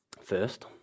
First